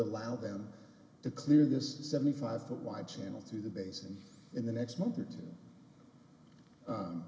allow them to clear this seventy five foot wide channel through the basin in the next month or two